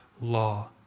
law